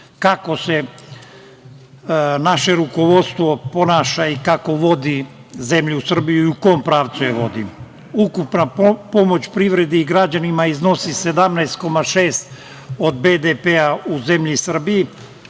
kako se naše rukovodstvo ponaša i kako vodi zemlju Srbiju i u kom pravcu je vodi. Ukupna pomoć privredi i građanima iznosi 17,6% od BDP u zemlji Srbiji